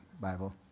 Bible